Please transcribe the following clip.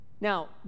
Now